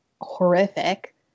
horrific